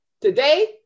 Today